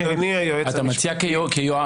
אדוני היועץ המשפטי --- אתה מציע כיועץ.